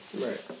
Right